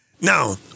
Now